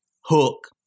hook